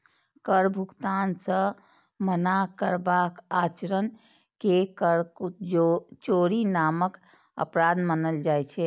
कर भुगतान सं मना करबाक आचरण कें कर चोरी नामक अपराध मानल जाइ छै